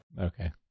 okay